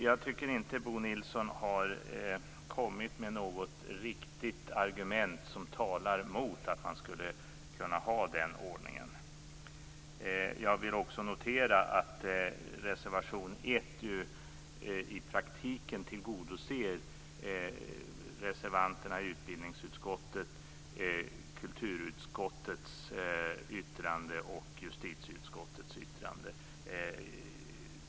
Jag tycker inte Bo Nilsson har kommit med något riktigt argument som talar mot att man skulle kunna ha den ordningen. Jag noterar också att reservation 1 i praktiken tillgodoser reservanterna i utbildningsutskottet, kulturutskottets yttrande och justitieutskottets yttrande.